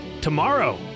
tomorrow